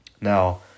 Now